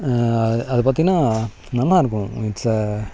அதை பார்த்தினா நல்லா இருக்கும் இட்ஸ்